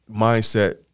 mindset